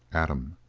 adam